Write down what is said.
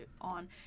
on